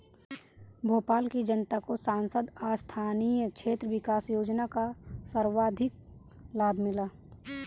भोपाल की जनता को सांसद स्थानीय क्षेत्र विकास योजना का सर्वाधिक लाभ मिला है